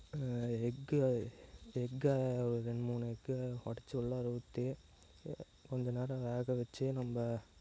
egg எக்கை ரெண்டு மூணு எக்கை உடச்சி உள்ளாரே ஊற்றி கொஞ்சம் நேரம் வேக வெச்சு நம்ப